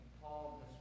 Paul